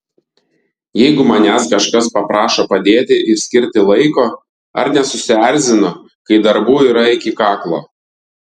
jeigu manęs kažkas paprašo padėti ir skirti laiko ar nesusierzinu kai darbų yra iki kaklo